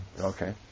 okay